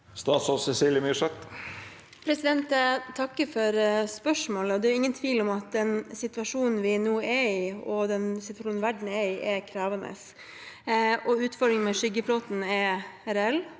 Statsråd Cecilie Myrseth Jeg takker for spørsmålet. Det er ingen tvil om at den situasjonen vi nå er i, og den situasjonen verden er i, er krevende. Utfordringen med skyggeflåten er reell.